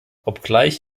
obgleich